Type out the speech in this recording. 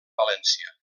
valència